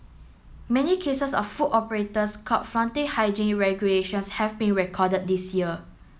many cases of food operators caught flouting hygiene regulations have been recorded this year